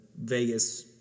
Vegas